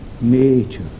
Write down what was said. nature